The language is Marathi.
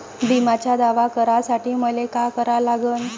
बिम्याचा दावा करा साठी मले का करा लागन?